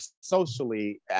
socially